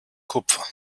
kupfer